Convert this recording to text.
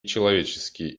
человеческие